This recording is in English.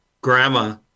Grandma